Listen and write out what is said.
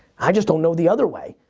i just don't know the other way.